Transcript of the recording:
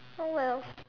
oh wells